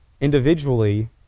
individually